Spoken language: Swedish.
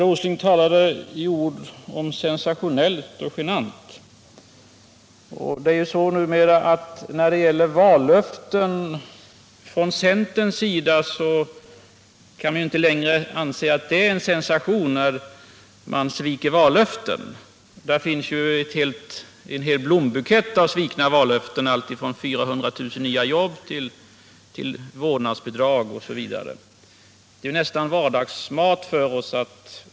Herr talman! Nils Åsling använde ord som sensationellt och genant. Numera kan man inte längre anse att det är en sensation när centern sviker vallöften — där finns en hel blombukett av svikna vallöften, alltifrån 400 000 nya jobb till vårdnadsbidrag. Det är nästan vardagsmat för oss.